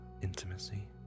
intimacy